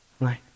right